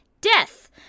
death